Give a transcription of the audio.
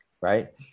right